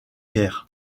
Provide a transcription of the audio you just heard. guerre